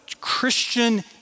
Christian